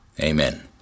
Amen